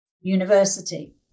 university